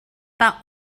pas